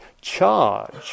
charge